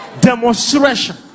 demonstration